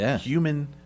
human